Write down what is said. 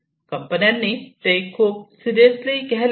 कंपन्यांनी ते खूप सिरियसली घ्यायला हवे